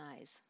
eyes